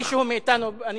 מישהו מאתנו, נא לסיים.